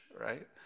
right